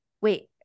wait